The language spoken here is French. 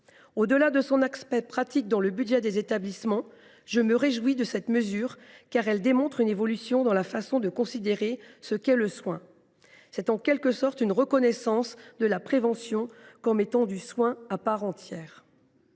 Au delà de son aspect pratique dans le budget des établissements, je me réjouis de cette mesure, car elle démontre une évolution dans la façon de considérer ce qu’est le soin : en quelque sorte, elle reconnaît que la prévention est du soin à part entière.